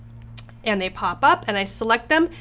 and they pop up and i select them,